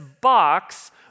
box